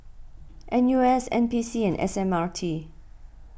N U S N P C and S M R T